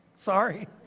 Sorry